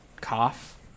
cough